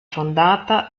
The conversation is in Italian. fondata